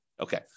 Okay